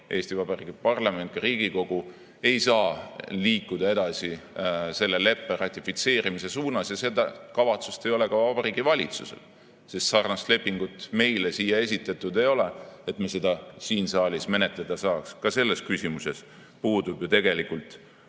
Eesti Vabariigi parlament Riigikogu ei saa edasi liikuda selle leppe ratifitseerimise suunas. Ja seda kavatsust ei ole ka Vabariigi Valitsusel. Sellist lepingut meile siia esitatud ei ole, et me seda siin saalis menetleda saaks. Ka selles küsimuses puudub ju praegu